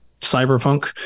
cyberpunk